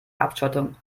abschottung